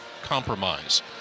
compromise